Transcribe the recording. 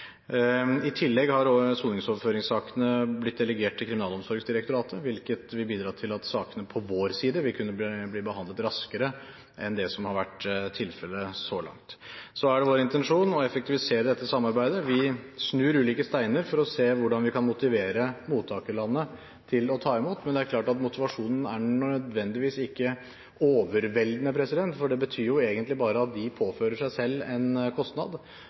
I tillegg har soningsoverføringssakene blitt delegert til Kriminalomsorgsdirektoratet, hvilket vil bidra til at sakene fra vår side vil kunne bli behandlet raskere enn det som har vært tilfellet så langt. Det er vår intensjon å effektivisere dette samarbeidet. Vi snur ulike steiner for å se hvordan vi kan motivere mottakerlandene til å ta imot, men motivasjonen er ikke nødvendigvis overveldende, for det betyr jo bare at de påfører seg selv en kostnad.